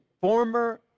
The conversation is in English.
former